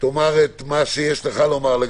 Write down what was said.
תאמר את מה שיש לך לומר.